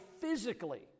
physically